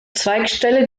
zweigstelle